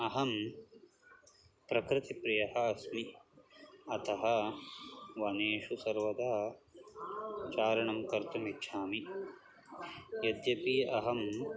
अहं प्रकृतिप्रियः अस्मि अतः वनेषु सर्वदा चारणं कर्तुम् इच्छामि यद्यपि अहं